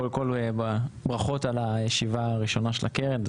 קודם כל ברכות על הישיבה הראשונה של הקרן,